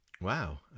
Wow